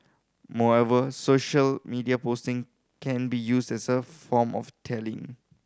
moreover social media posting can be used as a form of tallying